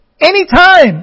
anytime